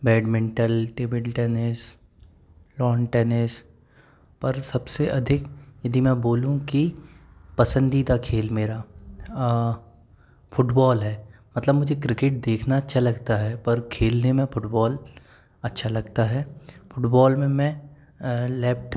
badminton table tennis lawn tennis पर सब से अधिक यदि मैं बोलूँ कि पसंदीदा खेल मेरा फुटबॉल है मतलब मुझे क्रिकेट देखना अच्छा लगता है पर खेलने में फुटबॉल अच्छा लगता है फुटबॉल में मैं लेप्ट